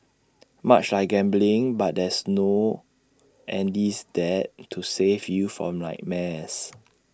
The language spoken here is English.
much like gambling but there's no Andy's Dad to save you from nightmares